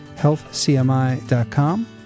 healthcmi.com